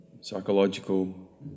psychological